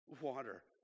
water